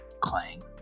clang